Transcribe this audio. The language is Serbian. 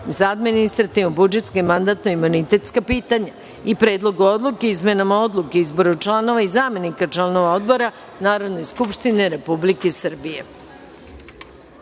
za administrativno-budžetska i mandatno-imunitetska pitanja i Predlogu odluke o izmenama Odluke o izboru članova i zamenika članova Odbora Narodne skupštine Republike Srbije. Da